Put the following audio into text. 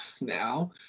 now